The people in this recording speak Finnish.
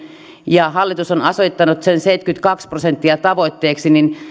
ja hallitus on asettanut seitsemänkymmentäkaksi prosenttia tavoitteeksi niin